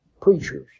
preachers